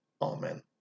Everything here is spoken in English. Amen